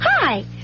Hi